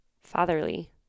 fatherly